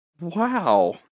Wow